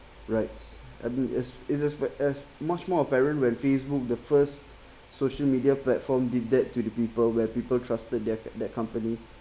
rights as it's as it's as much more apparent when facebook the first social media platform did that to the people where people trusted their that company